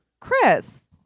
Chris